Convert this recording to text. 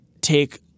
take